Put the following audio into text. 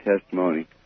testimony